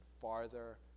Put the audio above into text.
farther